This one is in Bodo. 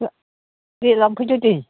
दे लांफैदो दे